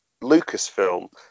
Lucasfilm